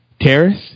Terrace